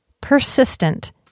persistent